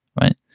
right